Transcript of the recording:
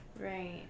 right